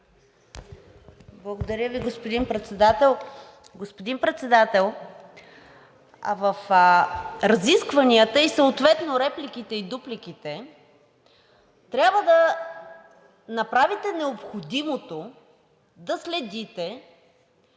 Благодаря Ви, господин Председател! Господин Председател, в разискванията и съответно в репликите и дупликите трябва да направите необходимото да следите